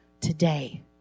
today